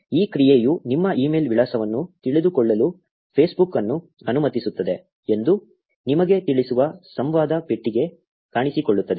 ಈ ಕ್ರಿಯೆಯು ನಿಮ್ಮ ಇಮೇಲ್ ವಿಳಾಸವನ್ನು ತಿಳಿದುಕೊಳ್ಳಲು ಫೇಸ್ಬುಕ್ ಅನ್ನು ಅನುಮತಿಸುತ್ತದೆ ಎಂದು ನಿಮಗೆ ತಿಳಿಸುವ ಸಂವಾದ ಪೆಟ್ಟಿಗೆ ಕಾಣಿಸಿಕೊಳ್ಳುತ್ತದೆ